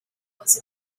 was